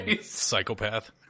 Psychopath